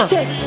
Sex